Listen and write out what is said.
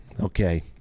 okay